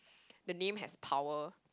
the name has power